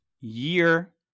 year